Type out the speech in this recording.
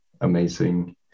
amazing